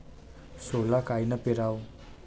सोला कायनं पेराव?